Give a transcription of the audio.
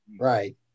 right